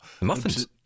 Muffins